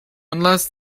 unless